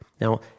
Now